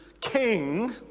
king